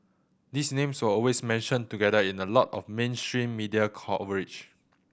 these names were always mentioned together in a lot of mainstream media coverage